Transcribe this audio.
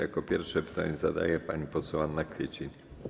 Jako pierwsza pytanie zadaje pani poseł Anna Kwiecień.